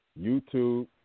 YouTube